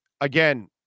Again